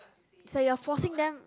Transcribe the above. so you're forcing them